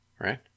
right